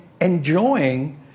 enjoying